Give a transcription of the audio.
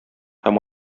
һәм